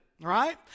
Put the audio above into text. right